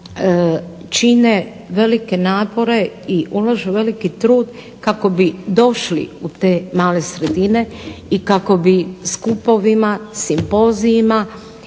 čine velike napore i ulažu veliki trud kako bi došli u te male sredine i kako bi skupovima, simpozijima